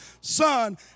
Son